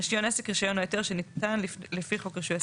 "רישיון עסק" רישיון או היתר שניתן לפי חוק רישוי עסקים,